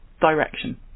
direction